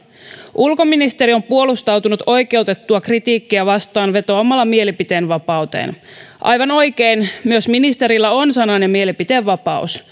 ulkoministeri on puolustautunut oikeutettua kritiikkiä vastaan vetoamalla mielipiteenvapauteen aivan oikein myös ministerillä on sanan ja mielipiteenvapaus